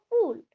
fool